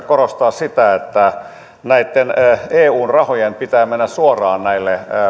korostaa sitä että näitten eun rahojen pitää mennä suoraan näille